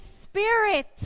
Spirit